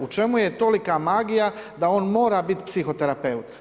U čemu je tolika magija da on mora biti psihoterapeut.